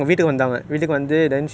err the lady came ah